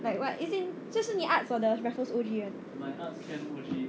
like what is it 就是你 arts or the raffles O_G [one]